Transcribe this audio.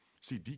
See